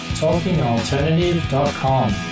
talkingalternative.com